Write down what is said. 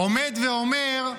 עומד ואומר: